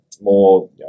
more